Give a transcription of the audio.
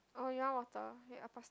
oh you want water wait I pass